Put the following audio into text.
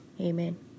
Amen